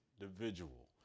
individual